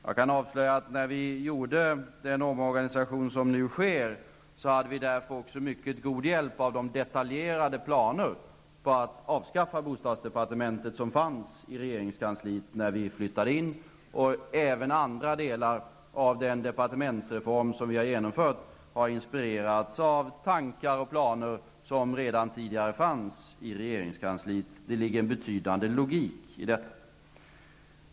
Jag kan avslöja att regeringen när den vidtog den omorganisation som nu sker därför också hade mycket god hjälp av de detaljerade planer på att avskaffa bostadsdepartementet som fanns i regeringskansliet när vi flyttade in. Även andra delar av den departementsreform som vi har genomfört har inspirerats av tankar och planer som redan tidigare fanns i regeringskansliet. Det ligger en betydande logik i detta.